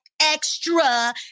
extra